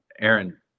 Aaron